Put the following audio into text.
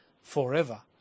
forever